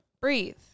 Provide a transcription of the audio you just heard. Breathe